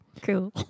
Cool